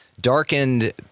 darkened